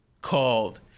called